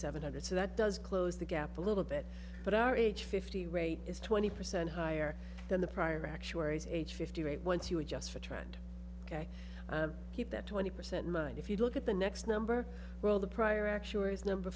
seven hundred so that does close the gap a little bit but our age fifty rate is twenty percent higher than the prior actuaries age fifty eight once you adjust for trend ok keep that twenty percent mind if you look at the next number well the prior actuaries number